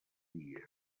dies